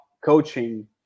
coaching